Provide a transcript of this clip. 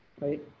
right